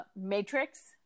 Matrix